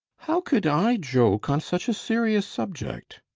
how could i joke on such a serious subject?